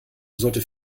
sollte